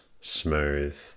smooth